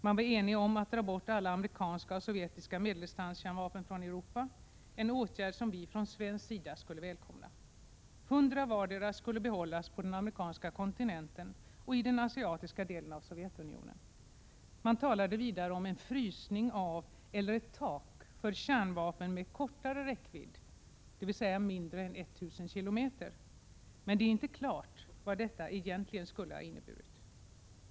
Man var enig om att dra bort alla amerikanska och sovjetiska medeldistanskärnvapen från Europa — en åtgärd vi från svensk sida skulle välkomna. 100 vardera skulle behållas på den amerikanska kontinenten och i den asiatiska delen av Sovjetunionen. Man talade vidare om en frysning av eller ett tak för kärnvapen med kortare räckvidd, dvs. mindre än 1 000 km, men det är inte klart vad detta egentligen skulle ha inneburit.